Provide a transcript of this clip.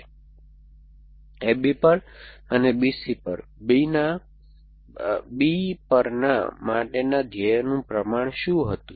A B પર અને B C પર B પરના માટેના ધ્યેયનું પ્રમાણ શું હતું